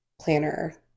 planner